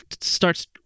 starts